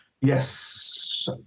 Yes